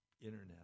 internet